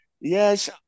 Yes